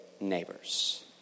neighbors